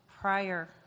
prior